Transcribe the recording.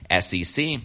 SEC